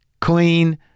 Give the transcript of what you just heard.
clean